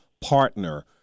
partner